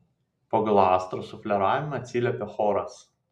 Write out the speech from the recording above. pagal astros sufleravimą atsiliepia choras